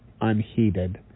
unheeded